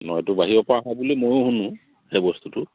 নহয়তো বাহিৰৰপৰা হয়া বুলি ময়ো শুনো সেই বস্তুটো